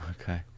Okay